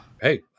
Hey